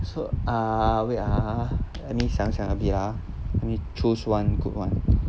so ah wait ah let me 想想 a bit ah let me choose one a good one